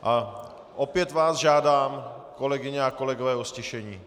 A opět vás žádám, kolegyně a kolegové, o ztišení.